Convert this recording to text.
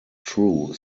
true